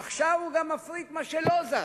עכשיו הוא גם מפריט מה שלא זז,